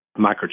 microchip